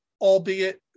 albeit